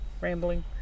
Rambling